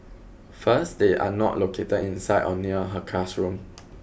first they are not located inside or near her classroom